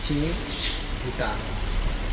China Bhutan